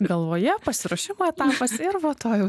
galvoje pasiruošimo etapas ir va to jau